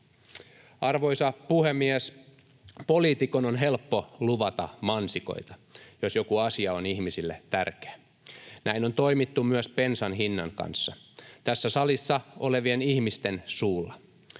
Arvoisa puhemies! Poliitikon on helppo luvata mansikoita, jos joku asia on ihmisille tärkeä. Näin on toimittu myös bensan hinnan kanssa. Tässä salissa olevien ihmisten suulla